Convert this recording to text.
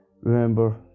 Remember